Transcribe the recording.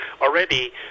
already